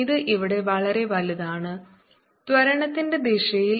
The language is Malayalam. ഇത് ഇവിടെ വളരെ വലുതാണ് ത്വരണത്തിന്റെ ദിശയിൽ